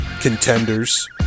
contenders